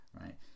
right